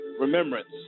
remembrance